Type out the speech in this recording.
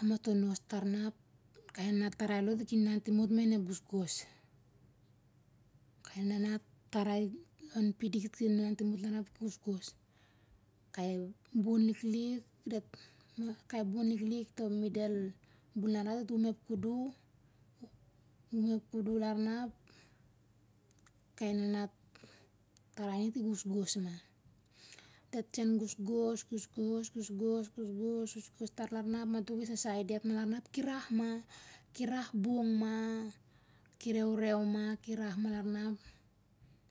ap matonos tar na ap kai nanat tarai alo dit ki inan timot ma in ep gosgos, kai nanat tarai on pidik dit ki inan timot larna ap dit ki gosgos. Kai bun liklik toh midel buh larna dit um ep kudu, um ep kudu larna ap kai nanat tarai ning dit ki gosgos ma. diat son gosgos. gosgos. gosgos. gosgos, gosgos tar larna ap mato ki sasai diat ma larna ap ki rah ma. Ki rah bong ma, ki reureu ma. Ki rah ma larna ap.